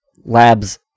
labs